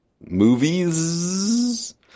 movies